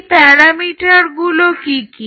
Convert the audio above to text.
এই প্যারামিটারগুলো কি কি